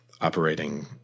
operating